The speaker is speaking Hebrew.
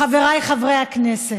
חבריי חברי הכנסת,